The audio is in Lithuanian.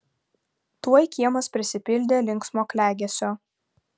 tuoj kiemas prisipildė linksmo klegesio